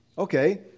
Okay